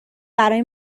برای